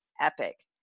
epic